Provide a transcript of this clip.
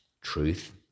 truth